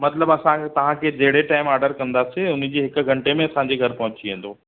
मतिलबु असांखे तव्हांखे जहिड़े टाइम आर्डर कंदासे उन्ही जे हिकु घंटे में असांजे घरु पहुची वेंदो